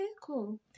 cool